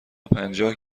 پنجاه